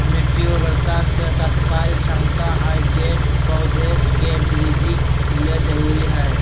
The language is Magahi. मिट्टी उर्वरता से तात्पर्य क्षमता हइ जे पौधे के वृद्धि ले जरुरी हइ